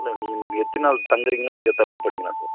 இல்லை நீங்கள் எத்தனை நாள் தங்குகிறீங்களோ அதுக்கேற்ற மாரி பண்ணிக்கலாம் சார்